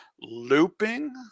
looping